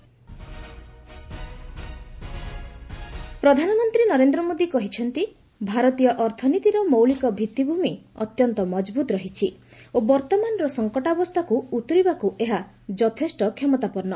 PM NITI Aayog ପ୍ରଧାନମନ୍ତ୍ରୀ ନରେନ୍ଦ୍ର ମୋଦି କହିଛନ୍ତି ଭାରତୀୟ ଅର୍ଥନୀତିର ମୌଳିକ ଭିତ୍ତିଭୂମି ଅତ୍ୟନ୍ତ ମଜବୁତ୍ ରହିଛି ଓ ବର୍ତ୍ତମାନର ସଙ୍କଟାବସ୍ଥାକୁ ଉତ୍ତରିବାକୁ ଏହା ଯଥେଷ୍ଟ କ୍ଷମତାପନ୍ନ